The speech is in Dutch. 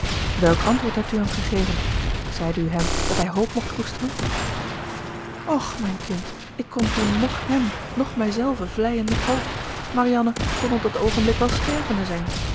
welk antwoord hebt u hem gegeven zeide u hem dat hij hoop mocht koesteren och mijn kind ik kon toen noch hem noch mijzelve vleien met hoop marianne kon op dat oogenblik wel stervende zijn